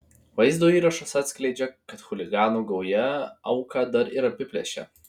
vaizdo įrašas atskleidžia kad chuliganų gauja auką dar ir apiplėšė